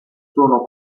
sono